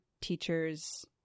teachers